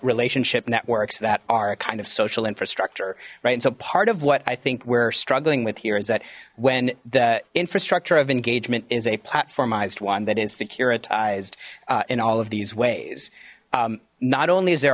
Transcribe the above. relationship networks that are a kind of social infrastructure right and so part of what i think we're struggling with here is that when the infrastructure of engagement is a platform eyes one that is securitized in all of these ways not only is there